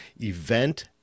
event